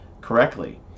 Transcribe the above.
correctly